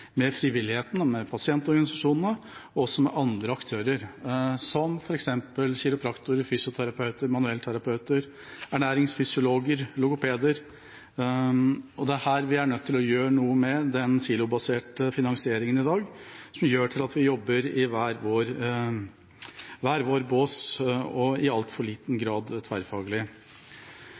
med frivilligheten og med pasientorganisasjonene og også med andre aktører som f.eks. kiropraktorer, fysioterapeuter, manuellterapeuter, ernæringsfysiologer og logopeder, og det er her vi er nødt til å gjøre noe med den silobaserte finansieringen i dag, som gjør at vi jobber i hver vår bås og i altfor liten